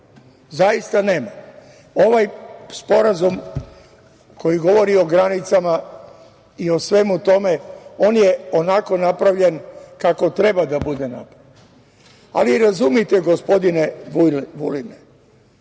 zaista nemam. Ovaj Sporazum koji govori o granicama i o svemu tome, on je onako napravljen kako treba da bude napravljen, ali razumite, gospodine Vuline,